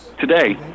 Today